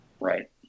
right